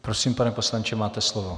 Prosím, pane poslanče, máte slovo.